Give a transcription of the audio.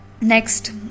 Next